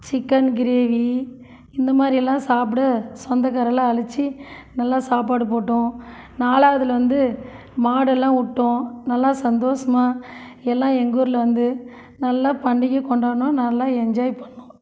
chicken gravy இந்தமாதிரி எல்லாம் சாப்பிட சொந்தக்காரங்களை அழைத்து நல்லா சாப்பாடு போட்டோம் நாலாவதில் வந்து மாடெல்லாம் விட்டோம் நல்லா சந்தோஷமா எல்லாம் எங்கள் ஊரில் வந்து நல்லா பண்டிகை கொண்டாடினோம் நல்லா என்ஜாய் பண்ணோம்